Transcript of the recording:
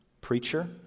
preacher